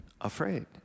afraid